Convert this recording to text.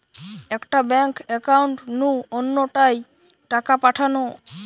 একটা bank account নু অন্য টায় টাকা পাঠানো